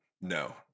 no